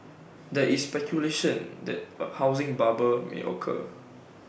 there is speculation that A housing bubble may occur